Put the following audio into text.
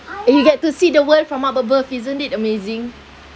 and you get to see the world from up above isn't it amazing